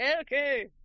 Okay